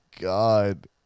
God